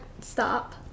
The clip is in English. stop